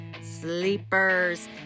sleepers